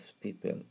people